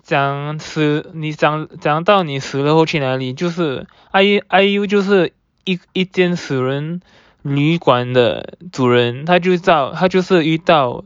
僵尸你讲你讲到你死了去哪里就是 I I U 就是一间死人旅馆的主人他就叫他就是遇到